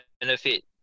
benefit